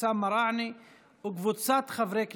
אבתיסאם מראענה וקבוצת חברי הכנסת,